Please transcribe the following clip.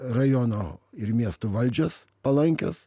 rajono ir miesto valdžios palankios